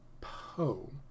Poe